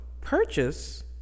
purchase